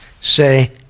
say